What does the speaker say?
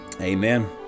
Amen